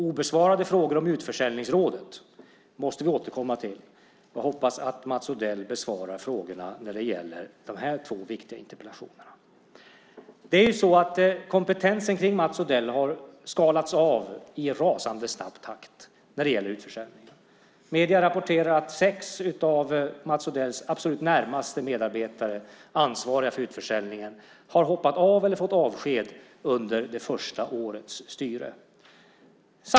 Obesvarade frågor om utförsäljningsrådet måste vi återkomma till och hoppas att Mats Odell besvarar frågorna när det gäller de här två viktiga interpellationerna. Kompetensen kring Mats Odell har skalats av i en rasande snabb takt när det gäller utförsäljningar. Medier rapporterar att sex av Mats Odells absolut närmaste medarbetare, ansvariga för utförsäljningen, har hoppat av eller fått avsked under det första årets styre.